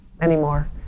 anymore